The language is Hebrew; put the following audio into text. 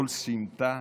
כל סמטה,